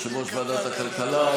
יושב-ראש ועדת הכלכלה.